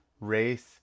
race